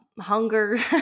hunger